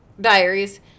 Diaries